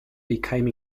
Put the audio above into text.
became